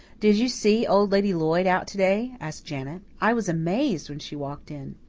did you see old lady lloyd out to-day? asked janet. i was amazed when she walked in.